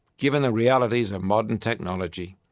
given the realities of modern technology,